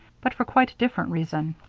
but for quite a different reason.